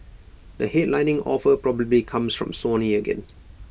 the headlining offer probably comes from Sony again